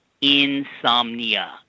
insomnia